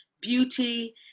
beauty